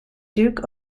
duke